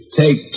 take